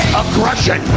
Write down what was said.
aggression